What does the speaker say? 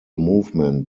movement